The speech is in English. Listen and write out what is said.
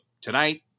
tonight